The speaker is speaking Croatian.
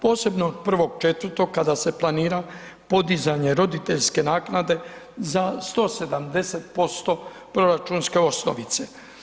Posebno od 1.4. kada se planira podizanje roditeljske naknade za 170% proračunske osnovice.